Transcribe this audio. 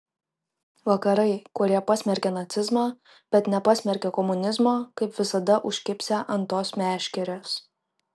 vakarai kurie pasmerkė nacizmą bet nepasmerkė komunizmo kaip visada užkibsią ant tos meškerės